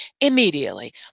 immediately